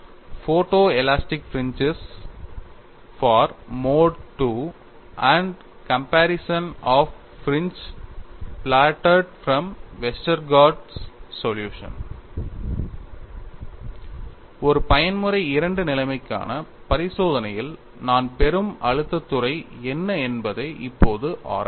photo elastic fringes for mode II and comparison of fringes plotted from வெஸ்டர்கார்டின் solution Photo elastic fringes for Mode II and Comparison of fringes plotted from Westergaard's solution ஒரு பயன்முறை II நிலைமைக்கான பரிசோதனையில் நான் பெறும் அழுத்தத் துறை என்ன என்பதை இப்போது ஆராய்வோம்